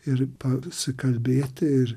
ir pasikalbėti ir